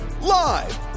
Live